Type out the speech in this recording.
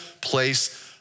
place